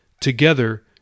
together